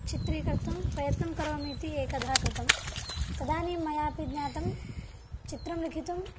चित्रीकर्तुं प्रयत्नं करोमि इति एकधा कृतं तदानीं मयापि ज्ञातं चित्रं लिखितुं